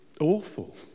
awful